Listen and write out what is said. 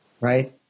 right